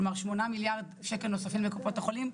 כלומר 8 מיליארד שקל נוספים לקופות החולים,